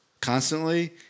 constantly